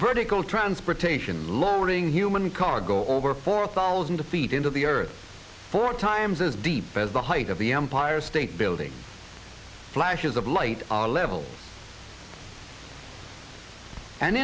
vertical transportation lowering human cargo over four thousand feet into the earth four times as deep as the height of the empire state building flashes of light are level and